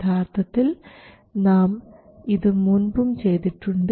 യഥാർത്ഥത്തിൽ നാം ഇത് മുൻപും ചെയ്തിട്ടുണ്ട്